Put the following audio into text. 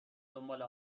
دنبال